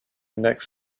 next